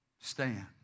Stand